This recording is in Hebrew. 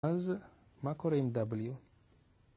אז מה קורה עם w?